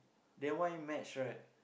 then why match right